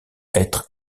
être